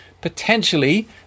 potentially